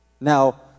Now